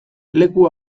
leku